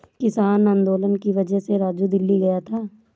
किसान आंदोलन की वजह से राजू दिल्ली गया था